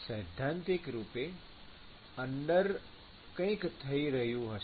સૈદ્ધાંતિક રૂપે અંદર કંઈક થઈ રહ્યું હશે